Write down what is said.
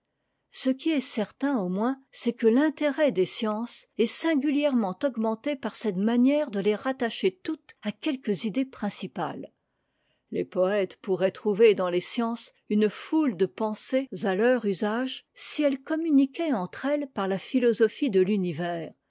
ce qui est certain au moins c'est que l'intérêt des sciences est singulièrement augmenté par cette manière de les rattacher toutes à quelques idées principales les poètes pourraient trouver dans les sciences une fouie de pensées à leur usage si elles communiquaient entre elles par la philosophie'de l'univers